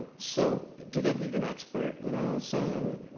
so, do they need an expert, you know, saying,